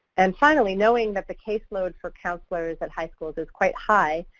and finally, knowing that the caseload for counselors at high schools is quite high,